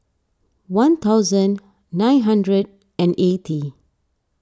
one thousand nine hundred and eighty